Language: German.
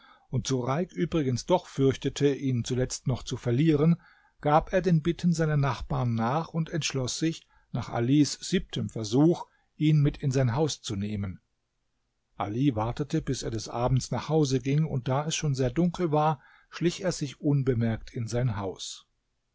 und sureik übrigens doch fürchtete ihn zuletzt noch zu verlieren gab er den bitten seiner nachbarn nach und entschloß sich nach alis siebtem versuch ihn mit in sein haus zu nehmen ali wartete bis er des abends nach hause ging und da es schon sehr dunkel war schlich er sich unbemerkt in sein haus